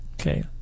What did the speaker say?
Okay